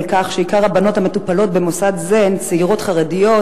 בכך שהבנות המטופלות במוסד זה הן בעיקר צעירות חרדיות,